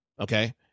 Okay